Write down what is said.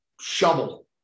shovel